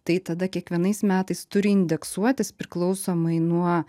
tai tada kiekvienais metais turi indeksuotis priklausomai nuo